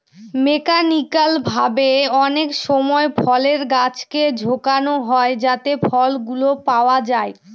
mechanical ভাবে অনেকসময় ফলের গাছকে ঝাঁকানো হয় যাতে ফলগুলো পাওয়া যায়